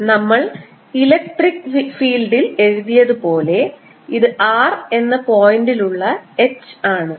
നമ്മൾ ഇലക്ട്രിക് ഫീൽഡിൽ എഴുതിയത്പോലെ ഇത് r എന്ന പോയിൻറ്ൽ ഉള്ള H ആണ്